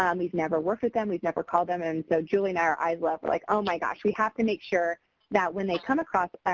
um never worked with them, we've never called them. and so, julie and i our eyes lit up. we're like oh my gosh. we have to make sure that when they come across